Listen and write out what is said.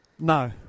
No